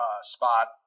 spot